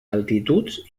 altituds